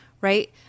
right